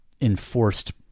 enforced